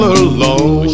alone